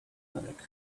clinic